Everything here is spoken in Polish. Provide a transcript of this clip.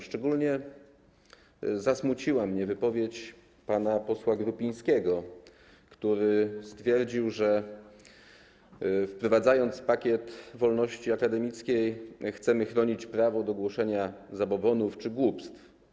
Szczególnie zasmuciła mnie wypowiedź pana posła Grupińskiego, który stwierdził, że wprowadzając pakiet wolności akademickiej, chcemy chronić prawo do głoszenia zabobonów czy głupstw.